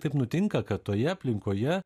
taip nutinka kad toje aplinkoje